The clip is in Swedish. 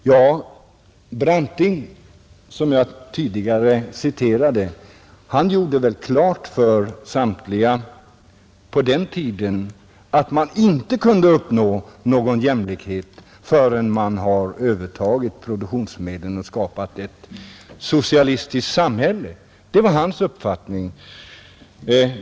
Hjalmar Branting, som jag tidigare citerade, gjorde klart för samtliga på den tiden att man inte kunde uppnå någon jämlikhet förrän man hade övertagit produktionsmedlen och skapat ett socialistiskt samhälle. Det var hans uppfattning.